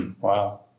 Wow